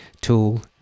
tool